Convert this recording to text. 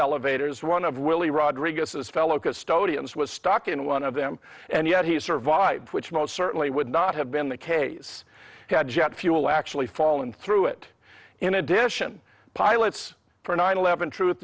elevators one of really rodriguez's fellow custodians was stuck in one of them and yet he survived which most certainly would not have been the case had jet fuel actually fallen through it in addition pilots for nine eleven truth